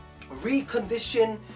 recondition